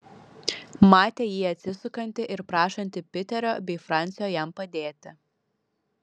matė jį atsisukantį ir prašantį piterio bei francio jam padėti